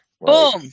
Boom